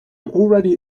already